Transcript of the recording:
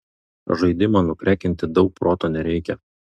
žaidimą nukrekinti daug proto nereikia